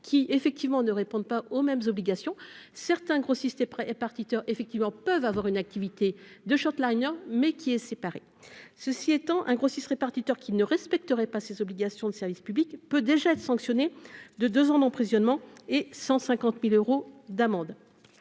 qui effectivement ne répondent pas aux mêmes obligations certains grossistes près répartiteur effectivement peuvent avoir une activité de short-liners mais qui est séparée, ceci étant un grossiste répartiteur qui ne respecterait pas ses obligations de service public peut déjà être sanctionné de 2 ans d'emprisonnement et 150000 euros d'amende